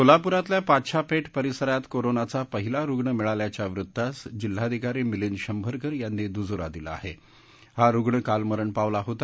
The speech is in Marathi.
सोलापुरातल्या पाच्छा पक्ष परिसरात कोरोना चा पहिला रुग्ण मिळाल्याच्या वृत्तास जिल्हाधिकारी मिलिंद शंभरकर यांनी दुजोरा दिला आह झि रुग्ण काल मरण पावला होता